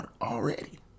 already